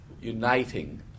uniting